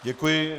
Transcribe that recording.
Děkuji.